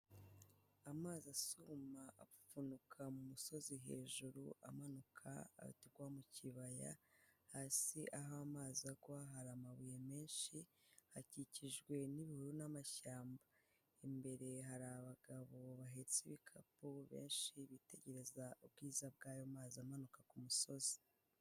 Amazi asuma apfupfunuka mu musozi hejuru, amanuka agwa mu kibaya, hasi aho amazi agwa hari amabuye menshi, hakikijwe n'ibihuru n'amashyamba, imbere hari abagabo bahetse ibikapu benshi bitegereza ubwiza bw'ayo mazi amanuka kumusozi.